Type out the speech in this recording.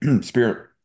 spirit